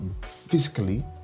physically